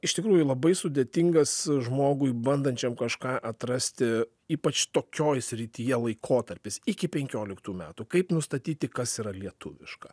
iš tikrųjų labai sudėtingas žmogui bandančiam kažką atrasti ypač tokioj srityje laikotarpis iki penkioliktų metų kaip nustatyti kas yra lietuviška